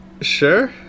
sure